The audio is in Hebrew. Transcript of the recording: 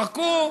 זרקו,